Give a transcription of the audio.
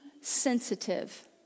sensitive